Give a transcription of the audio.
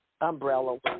umbrella